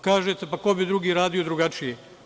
Kažete – ko bi drugi radio drugačije.